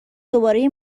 دوباره